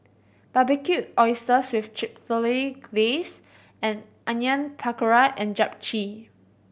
Barbecued Oysters with Chipotle Glaze and Onion Pakora and Japchae